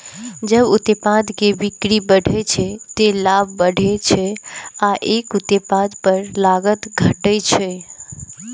जब उत्पाद के बिक्री बढ़ै छै, ते लाभ बढ़ै छै आ एक उत्पाद पर लागत घटै छै